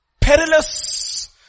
perilous